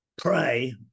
pray